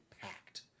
packed